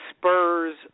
Spurs